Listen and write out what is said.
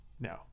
no